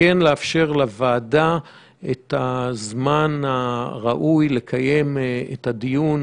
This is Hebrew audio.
אני רוצה לאפשר לוועדה את הזמן הראוי לקיים דיון